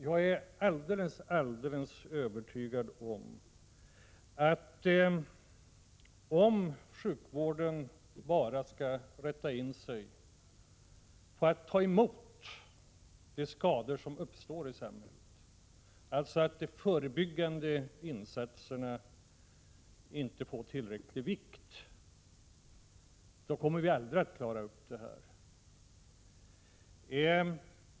Jag är fullkomligt övertygad om, att om sjukvården bara skall inrikta sig på att ta hand om de skador som uppstår i samhället och inte ger de förebyggande insatserna tillräcklig vikt, då kommer vi aldrig att klara upp det här.